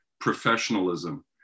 professionalism